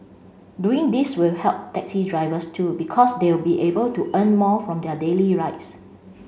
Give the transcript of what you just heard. doing this will help taxi drivers too because they'll be able to earn more from their daily rides